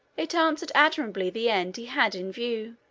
it answered admirably the end he had in view.